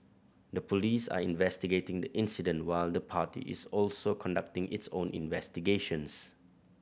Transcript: the police are investigating the incident while the party is also conducting its own investigations